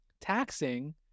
taxing